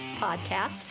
podcast